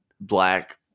black